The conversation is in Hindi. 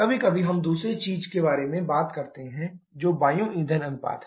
कभी कभी हम दूसरी चीज के बारे में भी बात करते हैं जो वायु ईंधन अनुपात है